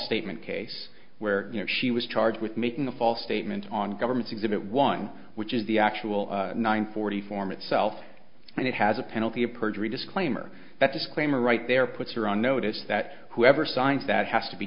statement case where she was charged with making a false statement on government's exhibit one which is the actual nine forty form itself and it has a penalty of perjury disclaimer that disclaimer right there puts her on notice that whoever signed that has to be